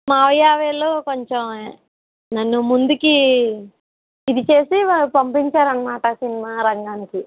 మావయ్య వీళ్ళు కొంచెం నన్ను ముందుకి ఇది చేసి పంపిచారరనమాట సినిమా రంగానికి